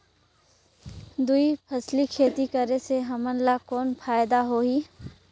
दुई फसली खेती करे से हमन ला कौन फायदा होही?